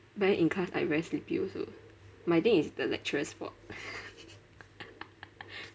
but then in class I very sleepy also but I think it's the lecturer's fault